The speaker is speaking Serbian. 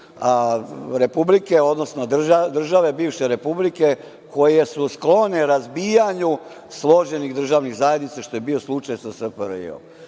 republike, odnosno države bivše Republike koje su sklone razbijanju složenih državnih zajednica, što je bio slučaj sa SFRJ.